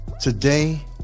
Today